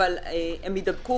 אבל הם יידבקו,